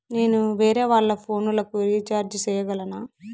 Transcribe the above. నేను వేరేవాళ్ల ఫోను లకు రీచార్జి సేయగలనా?